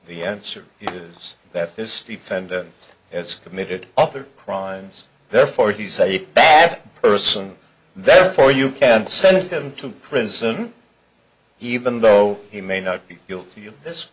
the answer is that this defendant has committed other crimes therefore he's a bad person therefore you can send him to prison even though he may not be guilty of this